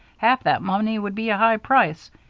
half that money would be a high price.